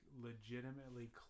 legitimately